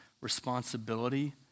responsibility